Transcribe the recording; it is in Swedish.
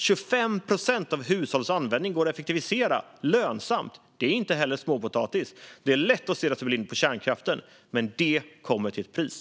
25 procent av hushållens användning går att effektivisera lönsamt. Det är inte heller småpotatis. Det är lätt att stirra sig blind på kärnkraften. Men den kommer till ett pris.